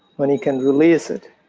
when you can release it,